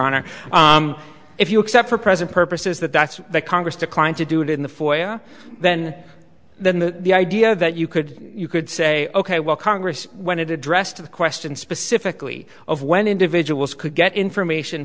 honor if you accept for present purposes that that's the congress declined to do it in the foyer then then the the idea that you could you could say ok well congress when addressed the question specifically of when individuals could get information